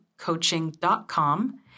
coaching.com